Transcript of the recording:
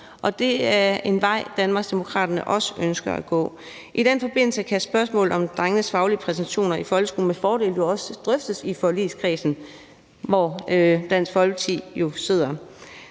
det er en vej, Danmarksdemokraterne også ønsker at gå. I den forbindelse kan spørgsmålet om drengenes faglige præstationer i folkeskolen med fordel også drøftes i forligskredsen, hvor Dansk Folkeparti jo sidder.